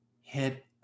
hit